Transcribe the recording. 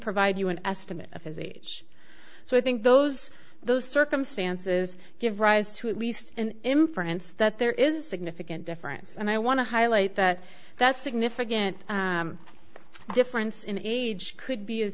provide you an estimate of his age so i think those those circumstances give rise to at least an inference that there is significant difference and i want to highlight that that's a significant difference in age could be as